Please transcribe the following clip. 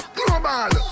global